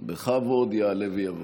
בכבוד, יעלה ויבוא.